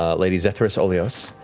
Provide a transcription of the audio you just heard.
ah lady zethris olios,